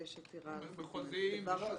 אני חושב שיש כאן פערי מידע.